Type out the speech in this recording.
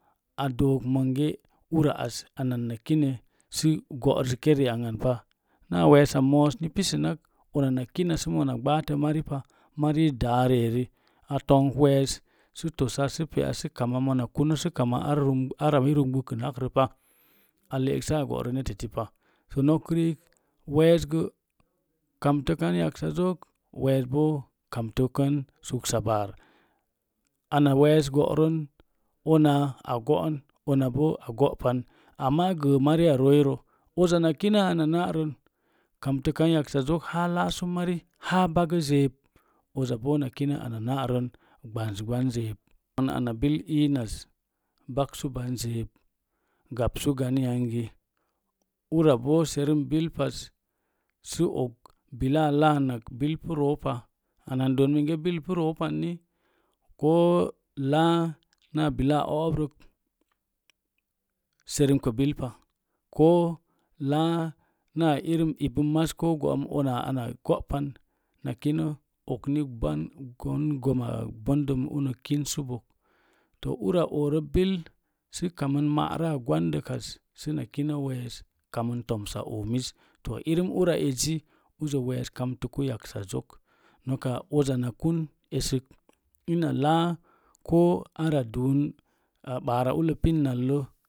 Apuna maz ura as ana anna kine sə go'rəske ri ang an pa na weesa moos ni pisənak una na kina sə mona ɓaatə maripa mari daari eri a tongk wees sə pea sə kama mona kuno sə kama ara i rungbunakrə pa a le'ek sa go'rə neta eti pa nok riik wees gə kamtə kan yaksazog weesbo kamtə kan suksabaar ana wees go'ron una a go'on una a go'pan amma gəə mari a roiro uza na kinə ana na'rən kamtə kan yaksazok haa laasu mari haa bagə zeeb uza bo na kina ana na'rən gɓansɓan zeeb a bil iinas baksu ban zeeb gabsu gan yangi ura boo serəm bil pas sə og bilaa laanak bil pu roopa don mingz bil pu roon panni kpo laa na bila o'obrək serumka bil pa ko laa naa irin ibum maz ko go'um una ana go'pan na kinə okni gwan gɓama gwandəm unə kinsəbo ura ooro bil sə kamən ma'raa gwandəkas səna kina wees kamin toomsa oomis to urin ura ezi azə wees kamtukə yaksazok noka uza na kun esək laa ko ara duun ɓara ullə pin nalləpa